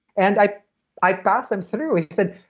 and i i pass them through. he said,